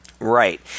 Right